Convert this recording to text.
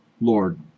Lord